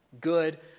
good